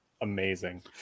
amazing